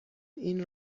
این